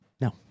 No